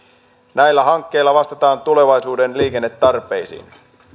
näillä hankkeilla vastataan tulevaisuuden liikennetarpeisiin